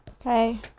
Okay